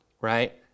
right